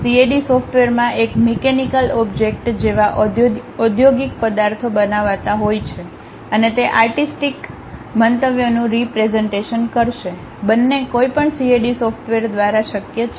CAD સોફ્ટવેરમાં એક mechanical object જેવા ઊદ્યોગિક પદાર્થો બનાવતા હોય છે અને તે આર્ટિસ્ટિક મંતવ્યોનું રીપ્રેઝન્ટેશન કરશે બંને કોઈપણ CAD સોફ્ટવેર દ્વારા શક્ય છે